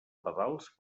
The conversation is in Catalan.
pedals